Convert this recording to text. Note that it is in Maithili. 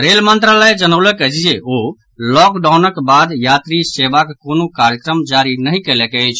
रेल मंत्रालय जनौलक अछि जे ओ लॉकडाउन बाद यात्री सेवाक कोनो कार्यक्रम जारी नहि कयलक अछि